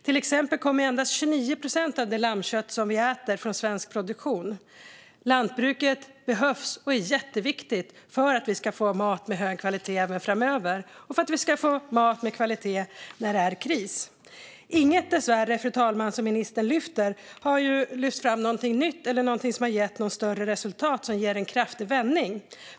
Till exempel kommer endast 29 procent av det lammkött som vi äter från svensk produktion. Lantbruket behövs och är jätteviktigt för att vi ska få mat med hög kvalitet även framöver och för att vi ska få mat med hög kvalitet när det är kris. Fru talman! Dessvärre är inget av det som ministern lyfter fram någonting nytt eller någonting som har gett något större resultat som ger en kraftig vändning.